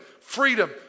freedom